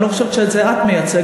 אני לא חושבת שאת זה את מייצגת,